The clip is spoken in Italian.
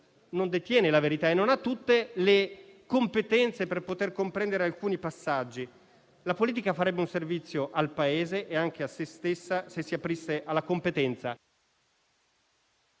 non detiene la verità e non ha tutte le competenze per poter comprendere alcuni passaggi. La politica farebbe un servizio al Paese e anche a se stessa se si aprisse alla competenza,